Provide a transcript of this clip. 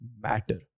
matter